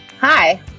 Hi